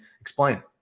Explain